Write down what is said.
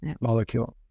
molecule